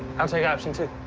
i'll take option two.